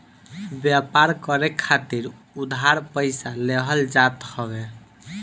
व्यापार करे खातिर उधार पईसा लेहल जात हवे